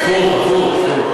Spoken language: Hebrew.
הפוך הפוך הפוך.